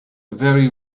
very